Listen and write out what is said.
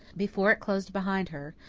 before it closed behind her,